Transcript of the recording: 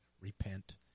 Repent